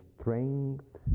strength